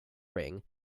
ring